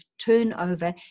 turnover